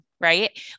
right